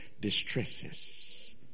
distresses